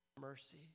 mercy